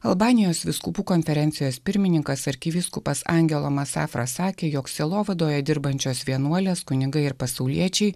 albanijos vyskupų konferencijos pirmininkas arkivyskupas angelo masafra sakė jog sielovadoje dirbančios vienuolės kunigai ir pasauliečiai